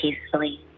peacefully